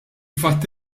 fatt